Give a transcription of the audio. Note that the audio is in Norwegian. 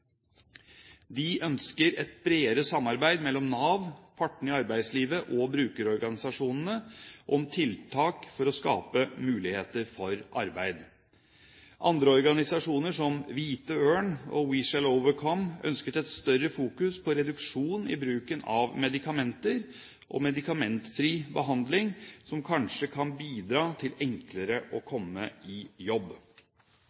De ønsket et bredere samarbeid mellom Nav, partene i arbeidslivet og brukerorganisasjonene om tiltak for å skape muligheter for arbeid. Andre organisasjoner, som Hvite Ørn og We Shall Overcome, ønsket å fokusere mer på reduksjon i bruken av medikamenter og medikamentfri behandling, som kanskje kan bidra til enklere å